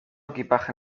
equipaje